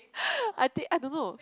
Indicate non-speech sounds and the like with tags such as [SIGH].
[NOISE] I think I don't know